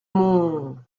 mon